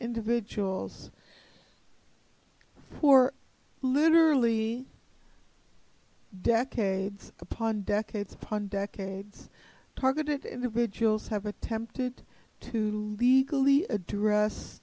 individuals who are literally decades upon decades upon decades targeted individuals have attempted to legally address